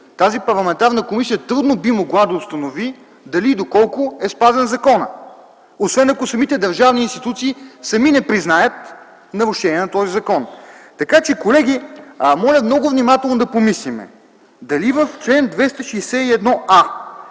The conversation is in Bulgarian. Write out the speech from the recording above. тази парламентарна комисия трудно би могла да установи дали и доколко е спазен законът. Освен ако самите държавни институции не признаят нарушения на този закон. Така че, колеги, моля много внимателно да помислим дали в чл. 261а,